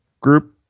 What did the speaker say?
group